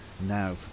now